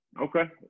Okay